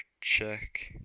check